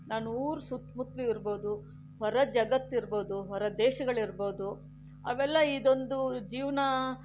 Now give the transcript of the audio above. ನನ್ನೂರು ಸುತ್ತಮುತ್ತಲು ಇರ್ಬೋದು ಹೊರ ಜಗತ್ತು ಇರ್ಬೋದು ಹೊರ ದೇಶಗಳಿರ್ಬೋದು ಅವೆಲ್ಲ ಇದೊಂದು ಜೀವನ